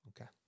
okay